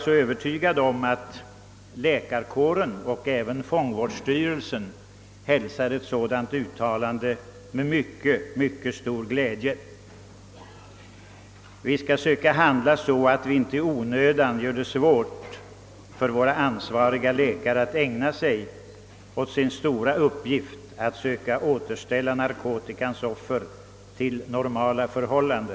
Jag är övertygad om att läkarkåren och även fångvårdsstyrelsen hälsar ett sådant uttalande med mycket stor glädje. Vi skall försöka handla så att vi inte i onödan försvårar för våra ansvariga läkare att ägna sig åt sin stora uppgift att söka återställa narkotikaoffer till en normal livsföring.